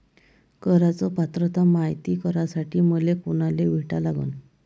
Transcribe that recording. कराच पात्रता मायती करासाठी मले कोनाले भेटा लागन?